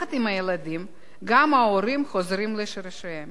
יחד עם הילדים, גם ההורים חוזרים לשורשיהם.